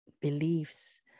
beliefs